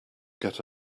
get